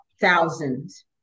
thousands